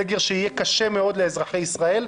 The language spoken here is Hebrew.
סגר שיהיה קשה מאוד לאזרחי ישראל,